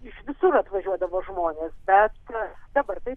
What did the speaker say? iš visur atvažiuodavo žmonės bet dabar tai